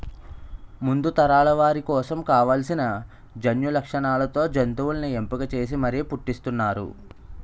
ముందు తరాల వారి కోసం కావాల్సిన జన్యులక్షణాలతో జంతువుల్ని ఎంపిక చేసి మరీ పుట్టిస్తున్నారు